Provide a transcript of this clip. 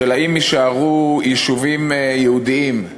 של האם יישארו יישובים יהודיים,